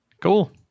Cool